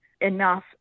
enough